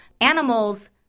animals